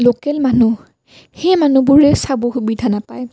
local মানুহ সেই মানুহবোৰে চাবলৈ সুবিধা নাপায়